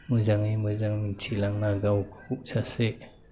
मोजाङै मोजां मिथिलांना गावखौ सासे